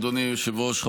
אדוני היושב-ראש.